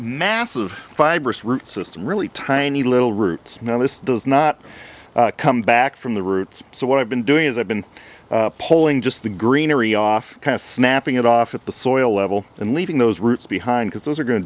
massive fibrous root system really tiny little roots now this does not come back from the roots so what i've been doing is i've been polling just the greenery off kind of snapping it off at the soil level and leaving those roots behind because those are going to